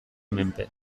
menpe